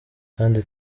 kandi